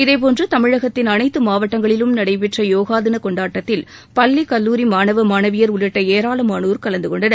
இதேபோன்று தமிழகத்தின் அனைத்து மாவட்டங்களிலும் நடைபெற்ற யோகா தினம் கொண்டாட்டத்தில் பள்ளி கல்லூரி மாணவ மாணவியர் உள்ளிட்ட ஏராளமானோர் கலந்துகொண்டனர்